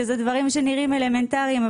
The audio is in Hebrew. שזה דברים שנראים אלמנטריים,